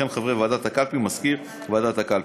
וכן חברי ועדת הקלפי ומזכיר ועדת הקלפי.